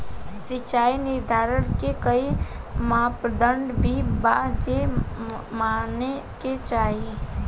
सिचाई निर्धारण के कोई मापदंड भी बा जे माने के चाही?